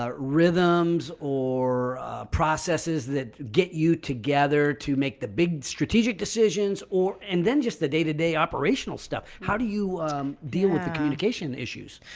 ah rhythms or processes that get you together to make the big strategic decisions or and then just the day to day operational stuff? how do you deal with the communication issues?